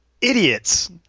Idiots